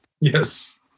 yes